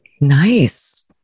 Nice